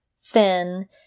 thin